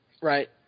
Right